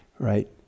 Right